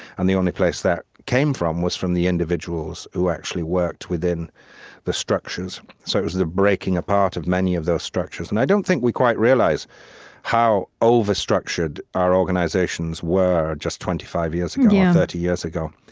and the only place that came from was from the individuals who actually worked within the structures. so it was the breaking apart of many of those structures. and i don't think we quite realize how over-structured our organizations were just twenty five and yeah thirty years ago.